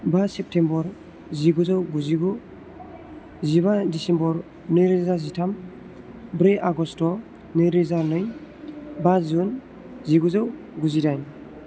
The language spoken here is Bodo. बा सेप्तेम्बर जिगुजौ गुजिगु जिबा डिसेम्बर नैरोजा जिथाम ब्रै आगस्त नैरोजा नै बा जुन जिगुजौ गुजिडाइन